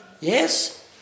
Yes